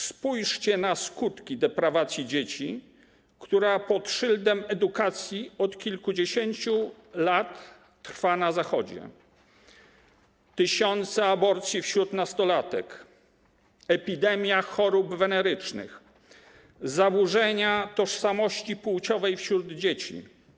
Spójrzcie na skutki deprawacji dzieci, która pod szyldem edukacji trwa od kilkudziesięciu lat na Zachodzie: tysiące aborcji wśród nastolatek, epidemia chorób wenerycznych, zaburzenia tożsamości płciowej wśród dzieci.